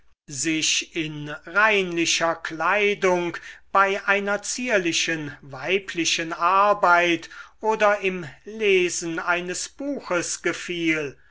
sich in reinlicher kleidung bei einer zierlichen weiblichen arbeit oder im lesen eines buches gefiel